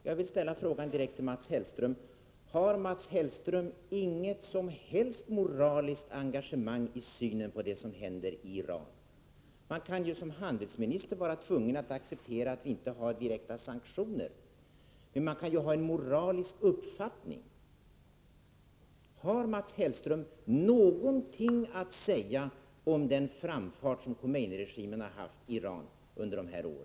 Jag vill ställa en fråga direkt till Mats Hellström: Har Mats Hellström inget som helst moraliskt engagemang i synen på det som händer i Iran? Man kan ju såsom handelsminister vara tvungen att acceptera att vi inte har direkta sanktioner, men man kan ha en moralisk uppfattning. Har Mats Hellström någonting att säga om Khomeiniregimens framfart i Iran under dessa år?